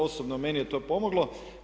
Osobno, meni je to pomoglo.